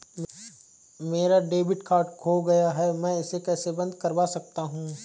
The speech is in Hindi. मेरा डेबिट कार्ड खो गया है मैं इसे कैसे बंद करवा सकता हूँ?